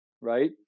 Right